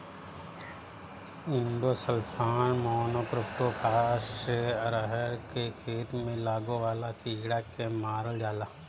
endosulfan, monocrotophos से अरहर के खेत में लागे वाला कीड़ा के मारल जाला